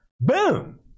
Boom